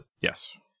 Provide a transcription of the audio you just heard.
Yes